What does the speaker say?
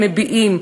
והם מביעים,